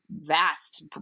vast